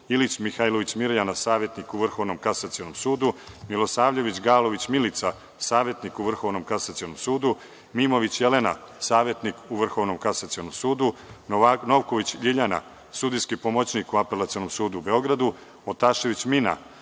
Ilić Mihajlović Mirjana, savetnik u Vrhovnom kasacionom sudu, Milosavljević Galović Milica, savetnik u Vrhovnom kasacionom sudu, Mimović Jelena, savetnik u Vrhovnom kasacionom sudu, Novković Ljiljana, sudijski pomoćnik u Apelacionom sudu u Beogradu, Otašević Mina,